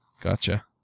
Gotcha